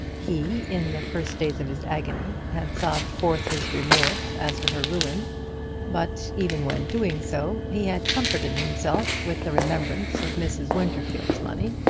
he, in the first days of his agony, had sobbed forth his remorse as to her ruin but, even when doing so, he had comforted himself with the remembrance of mrs. winterfield's money,